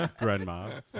Grandma